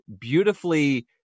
beautifully